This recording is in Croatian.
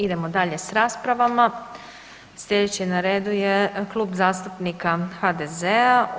Idemo dalje sa raspravama, slijedeći na redu je Klub zastupnika HDZ-a.